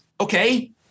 Okay